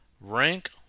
Rank